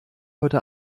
heute